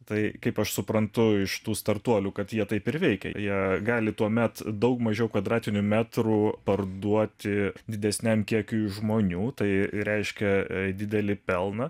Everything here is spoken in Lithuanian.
tai kaip aš suprantu iš tų startuolių kad jie taip ir veikia jie gali tuomet daug mažiau kvadratinių metrų parduoti didesniam kiekiui žmonių tai reiškia didelį pelną